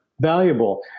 valuable